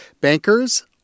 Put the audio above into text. Bankers